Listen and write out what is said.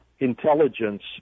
intelligence